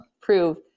prove